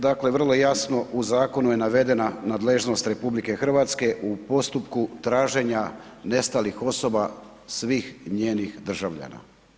Dakle, vrlo jasno u zakonu je navedena nadležnost RH u postupku traženja nestalih osoba svih njenih državljana.